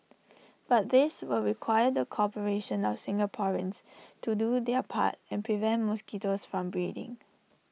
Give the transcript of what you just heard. but this will require the cooperation of Singaporeans to do their part and prevent mosquitoes from breeding